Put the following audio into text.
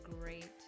great